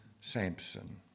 Samson